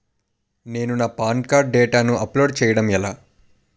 నేను నా PAN card డేటాను అప్లోడ్ చేయడం ఎలా?